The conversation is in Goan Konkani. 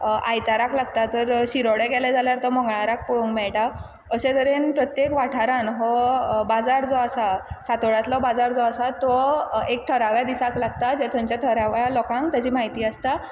आयताराक लागता तर शिरोड्या गेलें जाल्यार तो मंगळाराक पोळोंक मेयटा अशें तरेन प्रत्येक वाठारान हो बाजार जो आसा सातोळ्यांतलो बाजार जो आसा तो एक ठराव्या दिसाक लागता जे थंनच्या थळाव्या लोकांक तेजी माहिती आसता